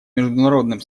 международным